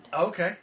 Okay